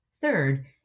Third